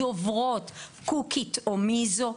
דוברות קוקית או מיזו,